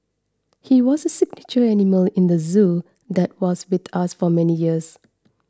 he was a signature animal in the zoo that was with us for many years